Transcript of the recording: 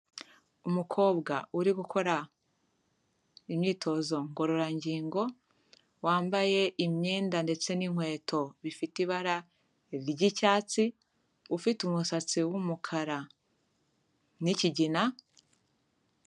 Umukobwa uri gukora imyitozo ngororangingo wambaye imyenda ndetse n'inkweto bifite ibara ry'icyatsi, ufite umusatsi w'umukara n'ikigina,